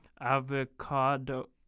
avocado